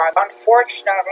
Unfortunately